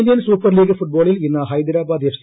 L Indian super league ഫുട്ബോളിൽ ഇന്ന് Hyderabad F